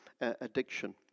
addiction